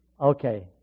Okay